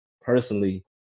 personally